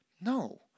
No